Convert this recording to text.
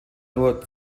nur